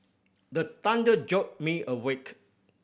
the thunder jolt me awake